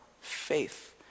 Faith